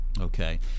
Okay